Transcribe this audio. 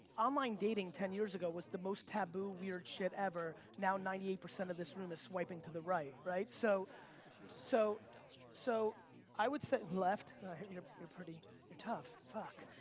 online dating ten years ago was the most taboo weird shit ever, no ninety eight percent of this room is swiping the right, right? so so so i would sit left you're you're pretty, you're tough, fuck.